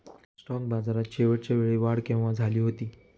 Stock बाजारात शेवटच्या वेळी वाढ केव्हा झाली होती?